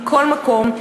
מכל מקום,